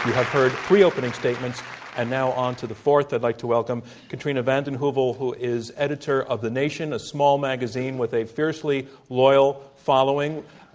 have heard three opening statements and now on to the fourth. i'd like to welcome katrina vanden heuvel, who is editor of the nation a small magazine with a fiercely loyal following,